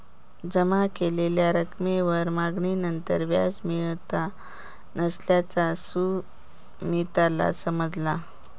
जमा केलेल्या रकमेवर मागणीनंतर व्याज मिळत नसल्याचा सुमीतला समजला